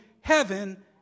heaven